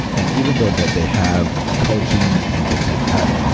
and even though that they have coaching and things like that,